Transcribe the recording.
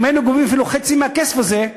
אם היינו גובים אפילו חצי מהכסף הזה,